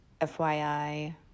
FYI